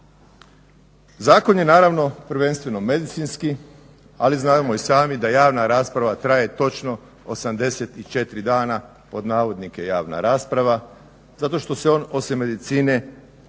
Zakon je naravno prvenstveno medicinski, ali znamo i sami da "javna rasprava" traje točno 84 dana, zato što se osim medicine